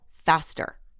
faster